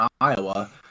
Iowa